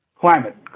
climate